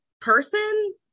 person